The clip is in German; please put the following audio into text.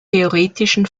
theoretischen